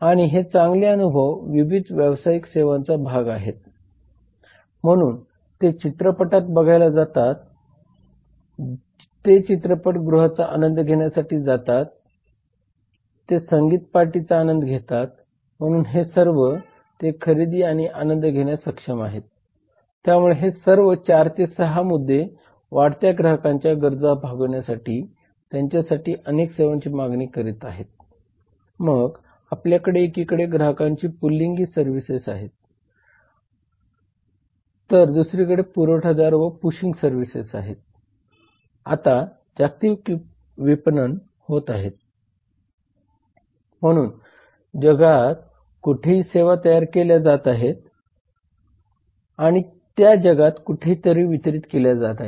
आता आपल्याला व्यावसायिक वातावरणाचे विश्लेषण करावे लागेल आणि या स्थूल वातावरणाचे विश्लेषण करण्याचे मार्ग म्हणजे राजकीय आर्थिक सामाजिक आणि तांत्रिक परिमाण आहेत या वातावरणाचे विश्लेषण PEST विश्लेषण आणि राजकीय आर्थिक सामाजिक आणि तंत्रज्ञानाचा वापर करून केले जाते